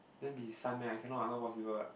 then be son meh I cannot I not possible [what]